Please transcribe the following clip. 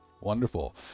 Wonderful